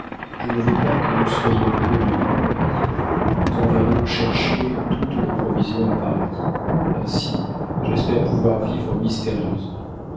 je ne veux pas que nous soyons connus dans le pays nous enverrons chercher toutes nos provisions à paris ainsi j'espère pouvoir vivre mystérieusement